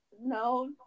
No